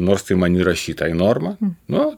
nors tai man įrašyta į normą nu